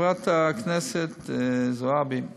חברת הכנסת זועבי,